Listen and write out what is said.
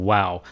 Wow